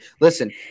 listen